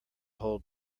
whole